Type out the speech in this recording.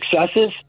successes